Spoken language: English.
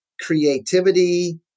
creativity